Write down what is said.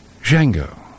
Django